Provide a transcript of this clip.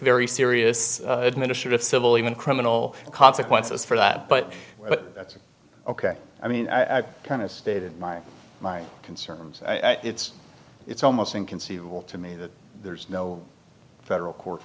very serious administrative civil even criminal consequences for that but that's ok i mean i kind of stated my my concerns it's it's almost inconceivable to me that there's no federal court